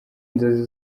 inzozi